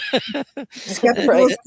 Skeptical